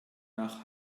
nach